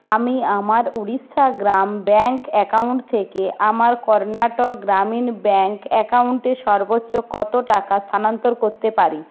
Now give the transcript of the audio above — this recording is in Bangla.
আমি আমার উড়িষ্যা গ্রাম ব্যাঙ্ক অ্যাকাউন্ট থেকে আমার কর্ণাটক গ্রামীণ ব্যাঙ্ক অ্যাকাউন্টে সর্বোচ্চ কত টাকা স্থানান্তর করতে পারি